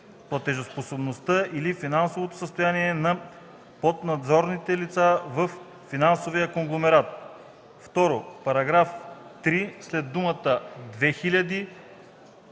платежоспособността или финансовото състояние на поднадзорните лица във финансовия конгломерат.” 2. В § 3 след думите